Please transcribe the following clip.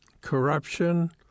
corruption